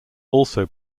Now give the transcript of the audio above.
also